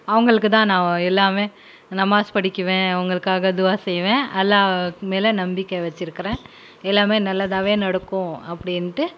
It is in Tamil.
அவங்களுக்கு தான் நான் எல்லாமே நமாஸ் படிக்குவேன் அவங்களுக்காக துவா செய்வேன் அல்லா மேலே நம்பிக்கை வச்சுருக்குறேன் எல்லாமே நல்லதாகவே நடக்கும் அப்படின்ட்டு